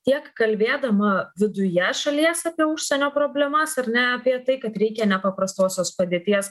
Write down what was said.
tiek kalbėdama viduje šalies apie užsienio problemas ar ne apie tai kad reikia nepaprastosios padėties